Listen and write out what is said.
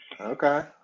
Okay